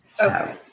Okay